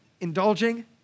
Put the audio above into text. indulging